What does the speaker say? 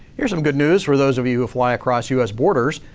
here's some good news for those of you who fly across us boarders.